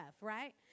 right